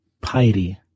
piety